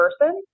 person